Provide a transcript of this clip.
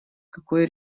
какой